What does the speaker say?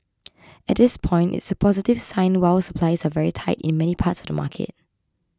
at this point it's a positive sign while supplies are very tight in many parts of the market